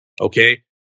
Okay